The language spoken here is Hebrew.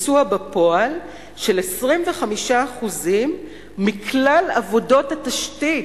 "ביצוע בפועל של 25% מכלל עבודות התשתית